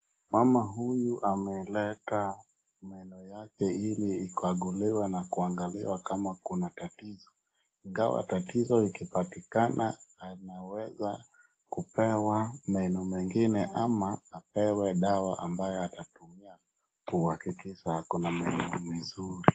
Mama huyu ameleta meno yake ili ikaguliwa na kuangaliwa kama kuna tatizo. Ingawa tatizo ikipatikana anaweza kupewa meno mengine ama apewe dawa ambayo atatumia kuhakikisha ako na meno mizuri.